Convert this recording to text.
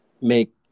make